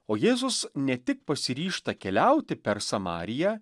o jėzus ne tik pasiryžta keliauti per samariją